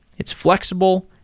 it's flexible,